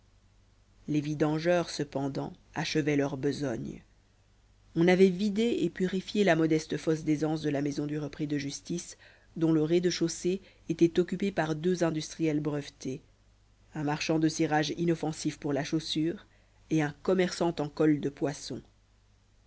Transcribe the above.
les vidangeurs cependant achevaient leur besogne on avait vidé et purifié la modeste fosse d'aisance de la maison du repris de justice dont le rez-de-chaussée était occupé par deux industriels brevetés un marchand de cirage inoffensif pour la chaussure et un commerçant en colle de poisson